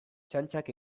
txantxak